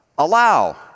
Allow